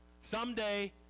someday